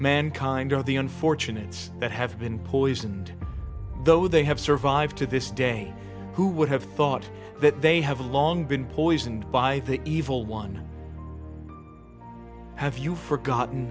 mankind are the unfortunates that have been poisoned though they have survived to this day who would have thought that they have long been poisoned by the evil one have you forgot